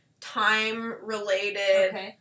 time-related